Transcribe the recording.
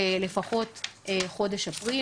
גם כאן אנחנו יכולים לראות בסך הכול מגמה יציבה,